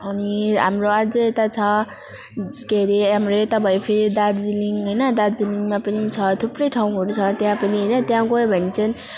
अनि हाम्रो अझ यता छ के हरे हाम्रो यता भयो फेरि दार्जिलिङ होइन दार्जिलिङिमा पनि छ थुप्रै ठाउँहरू छ त्यहाँ पनि होइन त्याँ गयो भने चाहिँ